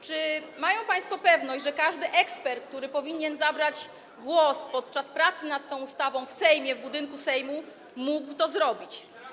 Czy mają państwo pewność, że każdy ekspert, który powinien zabrać głos podczas pracy nad tą ustawą w Sejmie, w budynku Sejmu, mógł to zrobić?